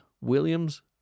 Williams